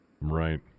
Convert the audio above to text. Right